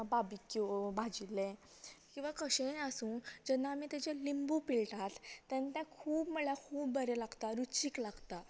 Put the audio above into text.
barbecue भाजिल्लें किंवां कशेंय आसूं जेन्ना आमी तेजेर लिंबू पिळटात तेन्ना तें खूब म्हल्यार खूब बरें लागता रुचीक लागता